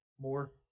more